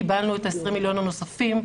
קיבלנו את 20 מיליון השקלים הנוספים.